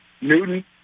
Newton